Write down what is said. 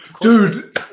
Dude